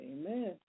Amen